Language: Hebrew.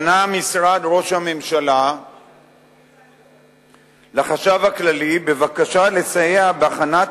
פנה משרד ראש הממשלה לחשב הכללי בבקשה לסייע בהכנת